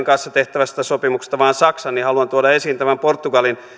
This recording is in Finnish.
kanssa tehtävästä sopimuksesta tuoda esiin tämän portugalin